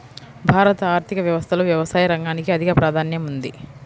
భారత ఆర్థిక వ్యవస్థలో వ్యవసాయ రంగానికి అధిక ప్రాధాన్యం ఉంది